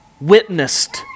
witnessed